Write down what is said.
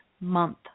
month